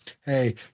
Hey